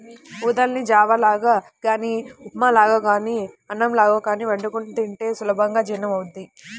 ఊదల్ని జావ లాగా గానీ ఉప్మా లాగానో అన్నంలాగో వండుకొని తింటే సులభంగా జీర్ణమవ్వుద్ది